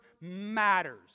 matters